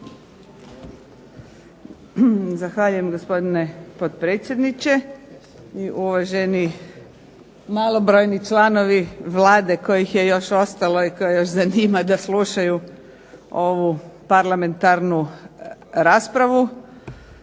Zahvaljujem gospodine potpredsjedniče i uvaženi malobrojni članovi Vlade kojih je još ostalo i koje još zanima da slušaju ovu parlamentarnu raspravu,